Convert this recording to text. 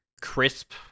crisp